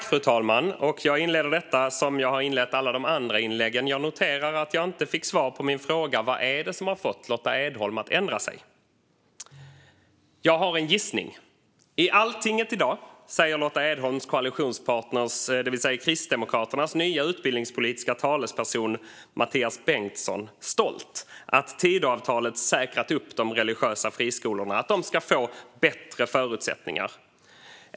Fru talman! Jag inleder detta inlägg på samma sätt som det förra: Jag noterar att jag inte fick svar på min fråga. Vad är det som har fått Lotta Edholm att ändra sig? Jag har en gissning. I Altinget i dag säger den nya utbildningspolitiska talespersonen för Lotta Edholms koalitionspartner Kristdemokraterna, Mathias Bengtsson, stolt att Tidöavtalet säkrat upp de religiösa friskolorna och att de ska få bättre förutsättningar.